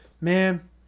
man